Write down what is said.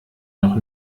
noch